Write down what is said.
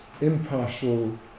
impartial